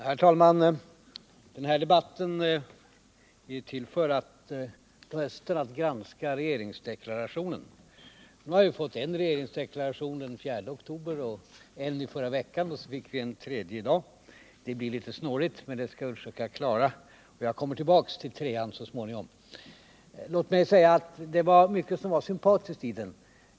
Herr talman! Den här debatten på hösten är ju till för att vi skall granska regeringsdeklarationen. Nu har vi fått en regeringsdeklaration den 4 oktober och en i förra veckan, och nu kom en tredje i dag. Det blir litet snårigt, men det skall vi försöka klara, och jag kommer tillbaka till ”trean” så småningom. Låt mig säga att det var mycket som var sympatiskt i dagens deklaration.